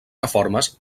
reformes